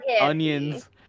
Onions